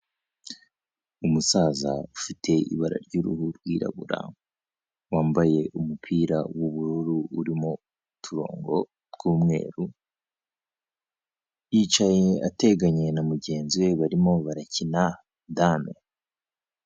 Umusaza ufite ibara ry'uruhu rwirabura, wambaye umupira w'ubururu urimo uturongo tw'umweru, yicaye ateganye na mugenzi we barimo barakina dame.